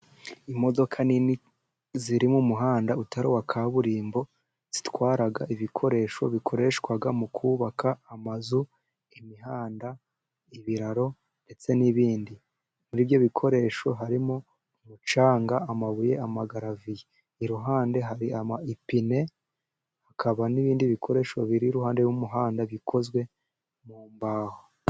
Imodoka nini ziri mu muhanda utari uwa kaburimbo. Zitwara ibikoresho bikoreshwa mu kubaka amazu, imihanda, ibiraro ndetse n'ibindi. Muri ibyo bikoresho harimo umucanga, amabuye, n'amagaraviye. Iruhande hari ipine, hakaba n'ibindi bikoresho biri iruhande rw'umuhanda bikozwe mu mbaho.